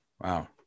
Wow